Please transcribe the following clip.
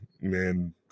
man